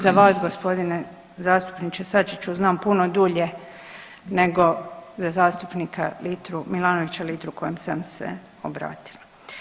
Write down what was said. Za vas g. zastupniče Sačiću znam puno dulje nego za zastupnika Litru, Milanovića Litru kojem sam se obratila.